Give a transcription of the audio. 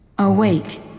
Awake